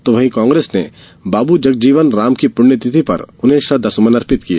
तो वहीं कांग्रेस ने बाबू जगजीवन राम की पुण्यतिथि पर उन्हें श्रद्वासुमन अर्पित किये